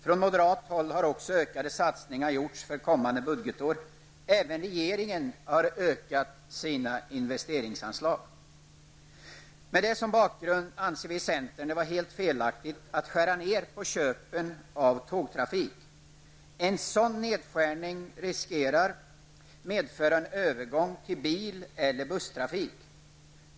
Från moderat håll har också ökade satsningar föreslagits för kommande budgetår. Även regeringen har ökat sina investeringsanslag. Med detta som bakgrund anser vi i centern det vara helt felaktigt att skära ned på köpen av tågtrafik. En sådan nedskärning riskerar att medföra en övergång till bil eller busstrafik.